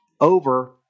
over